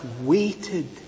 waited